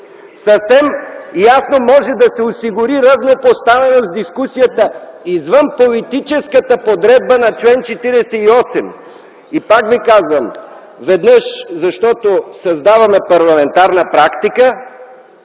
Съвсем ясно може да се осигури равнопоставеност в дискусията извън политическата подредба на чл. 48. Пак Ви казвам, веднъж - защото създаваме парламентарна практика,